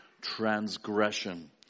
transgression